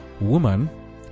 woman